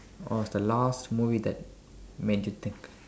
of the last movie that made you think